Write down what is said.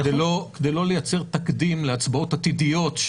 אבל כדי לא לייצר תקדים להצבעות עתידיות,